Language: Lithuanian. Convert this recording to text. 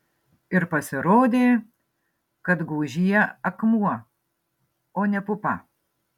ir pasirodė kad gūžyje akmuo o ne pupa